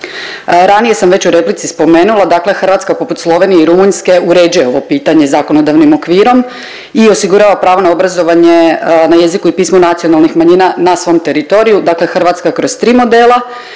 Ranije sam već u replici spomenula dakle Hrvatska poput Slovenije i Rumunjske uređuje ovo pitanje zakonodavnim okvirom i osigurava pravo na obrazovanje na jeziku i pismu nacionalnih manjina na svom teritoriju dakle, Hrvatska kroz 3 modela.